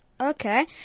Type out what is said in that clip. Okay